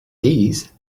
these